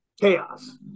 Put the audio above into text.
chaos